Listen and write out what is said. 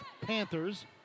Panthers